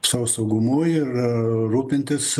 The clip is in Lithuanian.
savo saugumu ir rūpintis